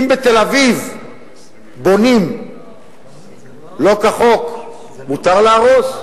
אם בתל-אביב בונים לא כחוק, מותר להרוס?